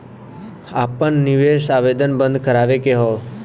आपन निवेश आवेदन बन्द करावे के हौ?